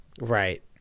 Right